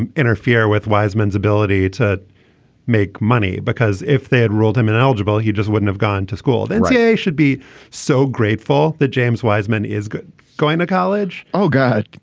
and interfere with wiseman's ability to make money because if they had ruled him ineligible he just wouldn't have gone to school the ncaa and so yeah should be so grateful that james weissmann is good going to college. oh god.